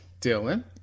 Dylan